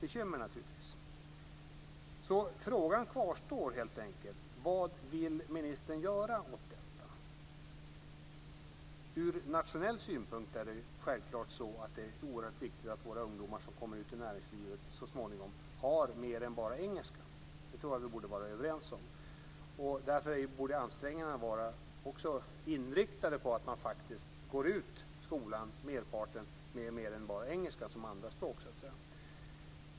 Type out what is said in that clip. Detta är naturligtvis ett bekymmer. Frågan kvarstår helt enkelt: Vad vill ministern göra åt detta? Ur nationell synpunkt är det självklart oerhört viktigt att våra ungdomar som kommer ut i näringslivet så småningom kan fler språk än bara engelska. Det borde vi vara överens om. Därför borde också ansträngningarna vara inriktade på att merparten av eleverna faktiskt går ut skolan med mer än bara engelska som andraspråk.